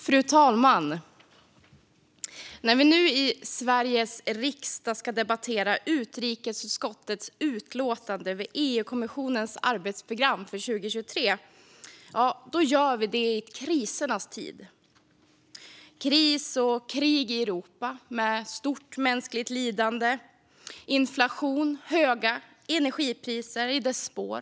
Fru talman! När vi nu i Sveriges riksdag ska debattera utrikesutskottets utlåtande över EU-kommissionens arbetsprogram för 2023 gör vi det i en krisernas tid. Vi har kris och krig i Europa med stort mänskligt lidande, inflation och höga energipriser i dess spår.